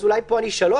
אז אולי פה אני 3,